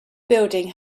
building